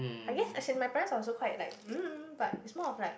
I guess as in my parents are also quite like mm but it's more of like